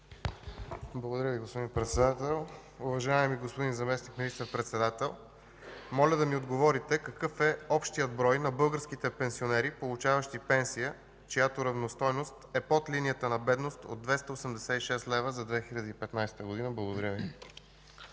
Благодаря Ви, господин Председател. Уважаеми господин Заместник министър-председател, моля да ми отговорите: какъв е общият брой на българските пенсионери, получаващи пенсия, чиято равностойност е под линията на бедност от 286 лв. за 2015 г.? Благодаря Ви.